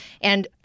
and-